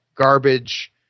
garbage